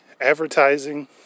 advertising